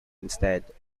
instead